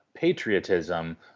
Patriotism